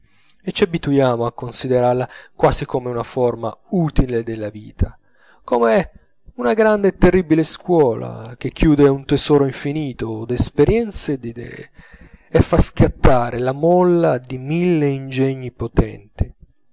e ci abituiamo a considerarla quasi come una forma utile della vita come una grande e terribile scuola che chiude un tesoro infinito d'esperienze e d'idee e fa scattare la molla di mille ingegni potenti